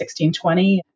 1620